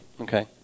Okay